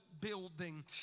building